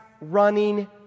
running